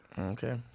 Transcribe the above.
Okay